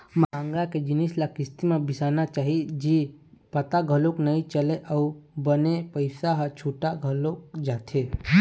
महँगा के जिनिस ल किस्ती म बिसाना चाही जी पता घलोक नइ चलय अउ बने पइसा ह छुटा घलोक जाथे